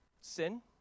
sin